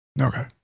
Okay